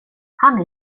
han